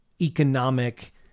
economic